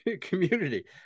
community